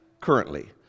currently